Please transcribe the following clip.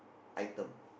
item